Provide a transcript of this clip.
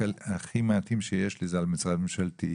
הכי מעטים שיש לי זה על משרד ממשלתי.